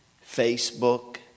Facebook